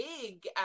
big